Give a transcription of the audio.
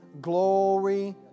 glory